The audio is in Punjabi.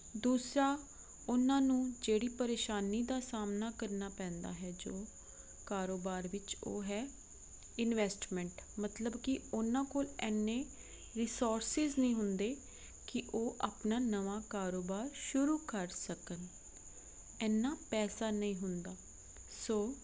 ਦੂਸਰਾ ਉਹਨਾਂ ਨੂੰ ਜਿਹੜੀ ਪਰੇਸ਼ਾਨੀ ਦਾ ਸਾਹਮਣਾ ਕਰਨਾ ਪੈਂਦਾ ਹੈ ਜੋ ਕਾਰੋਬਾਰ ਵਿੱਚ ਉਹ ਹੈ ਇਨਵੈਸਟਮੈਂਟ ਮਤਲਬ ਕਿ ਉਹਨਾਂ ਕੋਲ ਐਨੇ ਰਿਸੋਰਸਿਜ ਨਹੀਂ ਹੁੰਦੇ ਕਿ ਉਹ ਆਪਣਾ ਨਵਾਂ ਕਾਰੋਬਾਰ ਸ਼ੁਰੂ ਕਰ ਸਕਣ ਇੰਨਾ ਪੈਸਾ ਨਹੀਂ ਹੁੰਦਾ ਸੋ